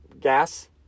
gas